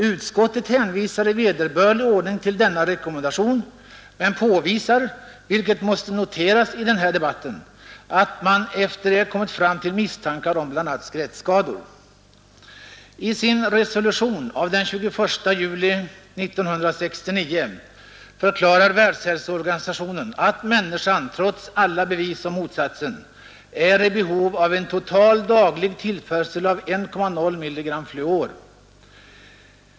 Utskottet hänvisar i vederbörlig ordning till denna rekommendation, men påvisar, vilket måste noteras i den här debatten, att man efter det kommit fram till misstankar om bl.a. skelettskador. I sin resolution av den 21 juli 1969 förklarar Världshälsoorganisationen att människan, trots alla bevis för motsatsen, är i behov av en total daglig tillförsel av 1,0 mg fluor.